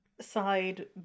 side